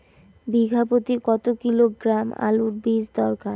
বিঘা প্রতি কত কিলোগ্রাম আলুর বীজ দরকার?